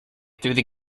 through